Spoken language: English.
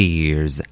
years